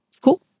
Cool